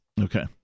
Okay